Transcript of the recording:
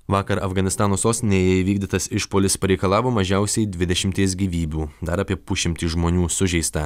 vakar afganistano sostinėje įvykdytas išpuolis pareikalavo mažiausiai dvidešimties gyvybių dar apie pusšimtį žmonių sužeista